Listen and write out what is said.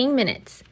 minutes